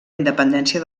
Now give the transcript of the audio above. independència